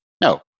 No